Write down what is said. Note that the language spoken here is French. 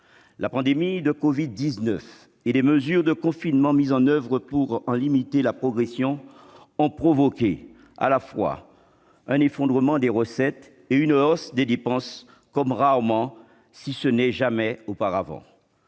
La pandémie de covid-19 et les mesures de confinement mises en oeuvre pour en limiter la progression ont provoqué à la fois un effondrement des recettes et une hausse des dépenses comme rarement- si ce n'est jamais -auparavant.